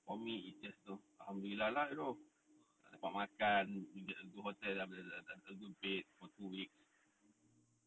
for me is just alhamdulillah lah you know dapat makan you get a good hotel then after that a good bed for two weeks